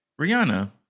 Rihanna